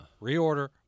reorder